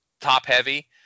top-heavy